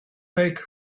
take